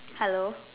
hello